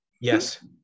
Yes